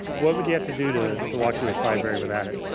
what would you have to do to to walk to this library without it?